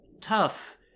tough